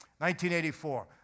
1984